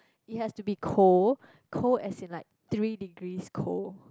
it has to be cold cold as in like three degrees cold